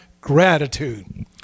gratitude